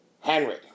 Henry